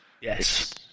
Yes